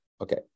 okay